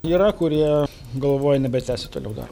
yra kurie galvoja nebetęsti toliau dar